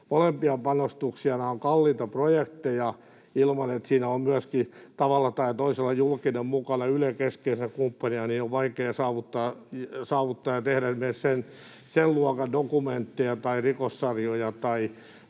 molempia panostuksia. Nämä ovat kalliita projekteja. Ilman, että siinä on myöskin tavalla tai toisella julkinen mukana, Yle keskeisenä kumppanina, on vaikea saavuttaa ja tehdä esimerkiksi sen luokan dokumentteja tai rikossarjoja tai